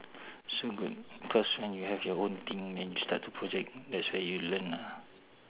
soon but cause when you have your own thing then you start to project that's where you learn lah